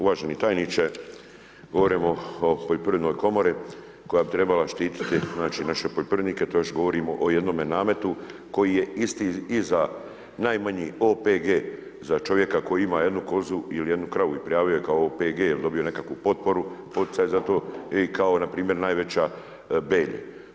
Uvaženi tajniče govorimo o poljoprivrednoj komori koja bi trebala štiti znači naše poljoprivrednike, tu još govorimo o jednome nametu koji je isti i za najmanji OPG, za čovjeka koji ima jednu kozu ili jednu kravu i prijavio je kao OPG, jer je dobio nekakvu potporu, poticaj za to i kao npr. najveća Belje.